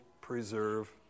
preserve